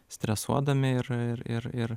stresuodami ir ir ir